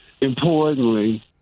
importantly